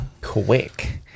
quick